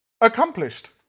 accomplished